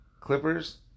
Clippers